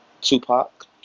Tupac